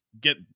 get